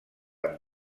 amb